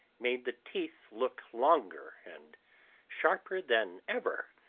made the teeth look longer and sharper than ever.